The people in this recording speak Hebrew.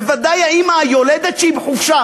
בוודאי האימא היולדת שהיא בחופשה,